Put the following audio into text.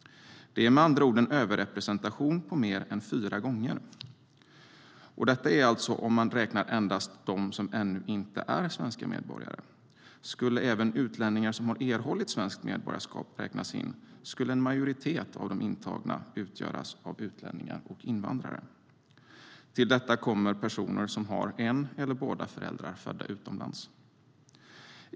Det är med andra ord en överrepresentation på mer än fyra gånger och gäller alltså om man räknar endast dem som ännu inte är svenska medborgare. Om även utlänningar som erhållit svenskt medborgarskap räknades in skulle en majoritet av de intagna utgöras av utlänningar och invandrare. Till detta kommer personer som har en eller båda föräldrarna födda utomlands.